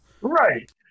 Right